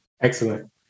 Excellent